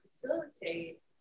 facilitate